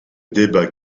débat